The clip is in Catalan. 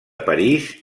parís